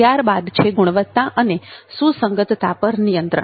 ત્યારબાદ છે ગુણવત્તા અને સુસંગતતા પર નિયંત્રણ